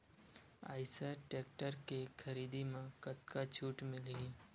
Eicher tractor के खरीदी म कतका छूट मिलही?